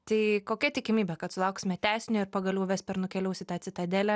tai kokia tikimybė kad sulauksime tęsinio ir pagaliau vesper nukeliaus į tą citadelę